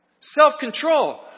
Self-control